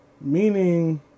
meaning